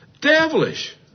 devilish